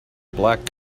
black